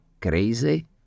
crazy